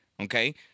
Okay